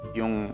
yung